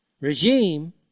regime